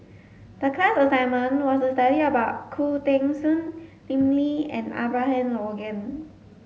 the class assignment was to study about Khoo Teng Soon Lim Lee and Abraham Logan